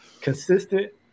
consistent